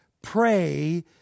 Pray